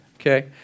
Okay